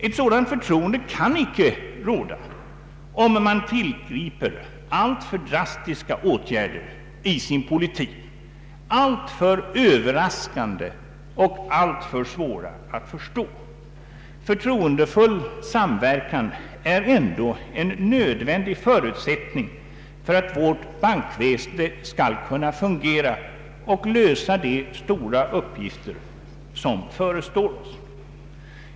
Ett sådant förtroende kan icke råda, om man tillgriper alltför drastiska åtgärder i sin politik, alltför överraskande och alltför svåra att förstå. Förtroendefull samverkan är ändå en nödvändig förutsättning för ait vårt bankväsende skall kunna fungera och lösa de stora uppgifter som förestår.